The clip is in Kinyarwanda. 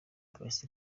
polisi